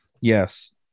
Yes